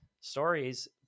stories